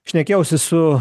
šnekėjausi su